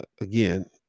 Again